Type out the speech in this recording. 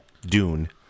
Dune